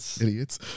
idiots